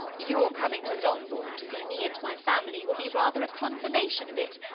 your coming to longbourn to see me and my family, will be rather a confirmation of it,